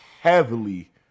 heavily